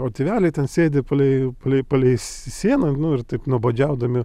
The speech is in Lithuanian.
o tėveliai ten sėdi palei palei palei si sieną nu ir taip nuobodžiaudami